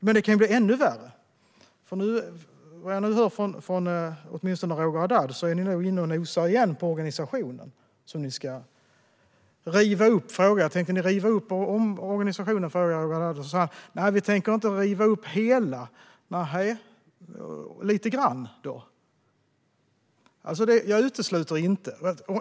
Det kan bli ännu värre, för vad jag nu hör, åtminstone från Roger Haddad, är ni nu inne igen och nosar på organisationen, som ni ska riva upp? Tänker ni riva upp omorganisationen? frågade jag Roger Haddad och han sa: Nej, vi tänker inte riva upp hela. Nehej, men lite grann då?